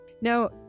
now